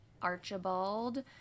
Archibald